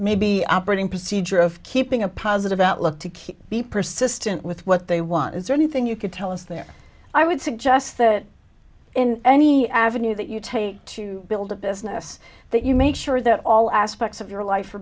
maybe operating procedure of keeping a positive outlook to keep be persistent with what they want is there anything you could tell us there i would suggest that in any avenue that you take to build a business that you make sure that all aspects of your life